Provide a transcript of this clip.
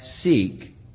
seek